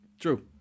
True